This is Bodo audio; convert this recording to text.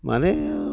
माने